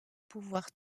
pouvoir